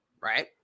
Right